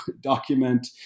document